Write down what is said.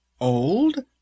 Old